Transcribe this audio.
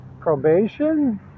probation